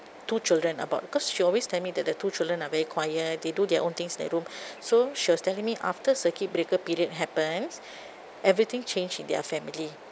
two children about because she always tell me that the two children are very quiet they do their own things in their room so she was telling me after circuit breaker period happens everything changed in their family